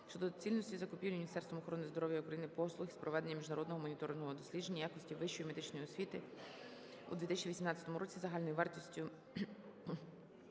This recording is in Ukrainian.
щодо доцільності закупівлі Міністерством охорони здоров'я України послуг із проведення міжнародного моніторингового дослідження якості вищої медичної освіти у 2018 році загальною вартістю